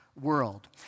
world